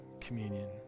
communion